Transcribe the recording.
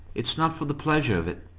it's not for the pleasure of it,